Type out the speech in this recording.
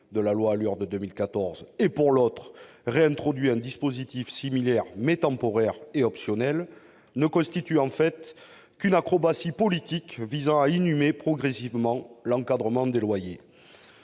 de la loi ALUR de 2014 et l'autre réintroduit un dispositif similaire, mais temporaire et optionnel, ne constituent en fait qu'une acrobatie politique visant à inhumer progressivement l'encadrement des loyers.